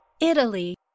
Italy